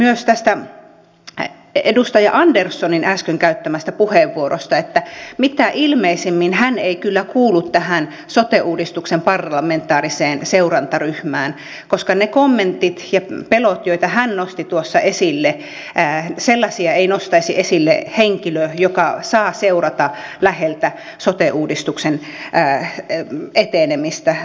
totean myös tästä edustaja anderssonin äsken käyttämästä puheenvuorosta että mitä ilmeisimmin hän ei kyllä kuulu tähän sote uudistuksen parlamentaariseen seurantaryhmään koska sellaisia kommentteja ja pelkoja joita hän nosti tuossa esille ei nostaisi esille henkilö joka saa seurata läheltä sote uudistuksen etenemistä